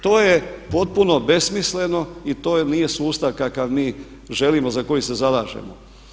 To je potpuno besmisleno i to nije sustav kakav mi želimo, za koji se zalažemo.